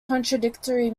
contradictory